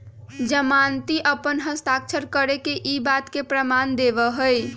जमानती अपन हस्ताक्षर करके ई बात के प्रमाण देवा हई